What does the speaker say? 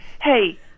Hey